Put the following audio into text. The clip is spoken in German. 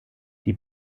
die